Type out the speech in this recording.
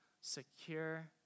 secure